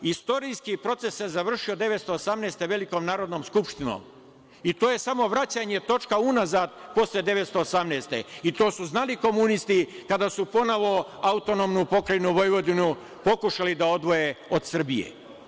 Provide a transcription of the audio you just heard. Istorijski proces se završio 1918. godine Velikom narodnom skupštinom, i to je samo vraćanje točka unazad posle 1918. godine, i to su znali komunisti kada su ponovo AP Vojvodinu pokušali da odvoje od Srbije.